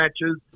matches